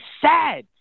sad